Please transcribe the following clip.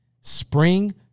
spring